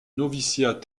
noviciat